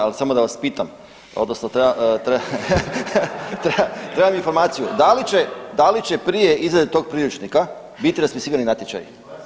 Ali samo da vas pitam, odnosno trebam informaciju da li će prije izrade tog priručnika biti raspisan natječaj?